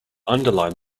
underline